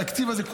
התקציב הזה,